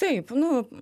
taip nu